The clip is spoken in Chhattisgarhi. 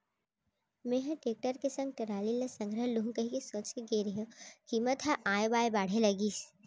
मेंहा टेक्टर के संग टराली ल संघरा लुहूं कहिके सोच के गे रेहे हंव कीमत ह ऑय बॉय बाढ़े लगिस